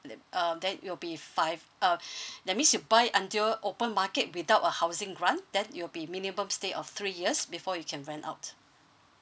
that uh that it'll be five uh that means you buy until open market without a housing grant that it'll be minimum stay of three years before you can rent out